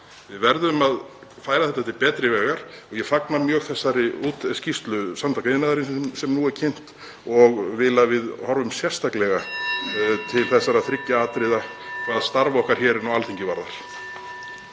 Við verðum að færa þetta til betri vegar. Ég fagna mjög þessari skýrslu Samtaka iðnaðarins sem nú er kynnt og vil að við horfum sérstaklega til þessara þriggja atriða hvað starf okkar hér á Alþingi varðar.